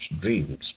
dreams